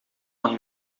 aan